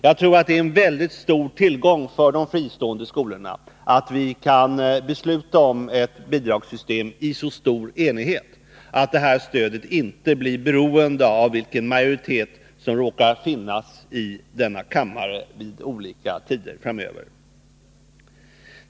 Jag tror att det är en väldigt stor tillgång för de fristående skolorna att vi kan besluta om ett bidragssystem i så stor enighet att stödet inte blir beroende av vilken majoritet som råkar finnas i denna kammare vid olika tider framöver.